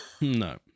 No